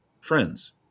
friends